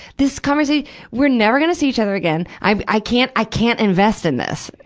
this conversa, we're never gonna see each other again. i i can't, i can't invest in this,